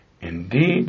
Indeed